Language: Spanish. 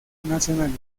nacionales